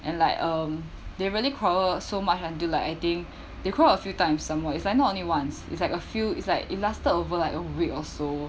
and like um they really quarrel so much until like I think they quarrel a few times some more it's like not only once it's like a few it's like it lasted over like a week or so